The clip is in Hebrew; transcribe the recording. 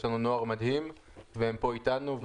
יש לנו נוער מדהים והם פה איתנו.